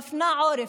מפנה עורף.